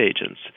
agents